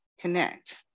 connect